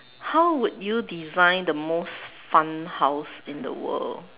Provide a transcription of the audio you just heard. how would you design the most fun house in the world